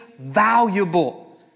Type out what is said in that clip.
valuable